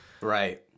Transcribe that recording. right